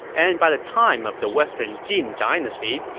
and by the time of the western jin dynasty,